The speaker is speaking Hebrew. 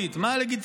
נורא.